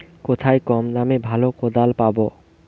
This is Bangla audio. কোথায় কম দামে ভালো কোদাল পাব?